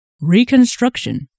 reconstruction